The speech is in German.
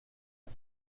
ddr